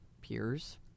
peers